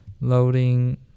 loading